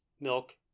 milk